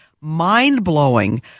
mind-blowing